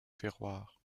terroir